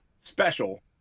special